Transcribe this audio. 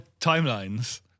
timelines